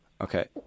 Okay